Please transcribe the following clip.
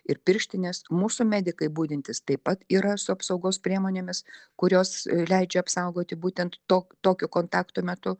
ir pirštinės mūsų medikai budintys taip pat yra su apsaugos priemonėmis kurios leidžia apsaugoti būtent to tokio kontakto metu